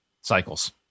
cycles